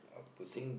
I put two